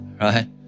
Right